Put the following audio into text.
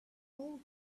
all